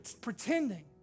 pretending